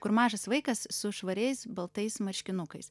kur mažas vaikas su švariais baltais marškinukais